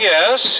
Yes